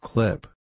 Clip